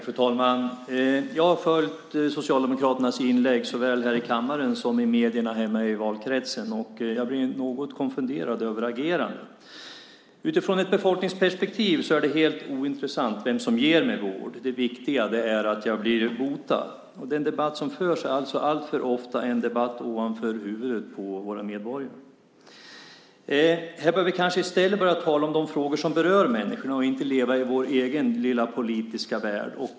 Fru talman! Jag har följt Socialdemokraternas inlägg såväl här i kammaren som i medierna i min valkrets, och jag blir något konfunderad över agerandet. I ett befolkningsperspektiv är det helt ointressant vem som ger mig vård. Det viktiga är att jag blir botad. Den debatt som förs alltför ofta är en debatt ovanför våra medborgares huvuden. Här bör vi kanske i stället börja tala om de frågor som berör människor - inte leva i vår egen lilla politiska värld.